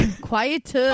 Quiet